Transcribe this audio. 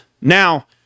Now